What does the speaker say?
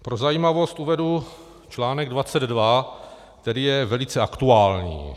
Pro zajímavost uvedu článek 22, který je velice aktuální.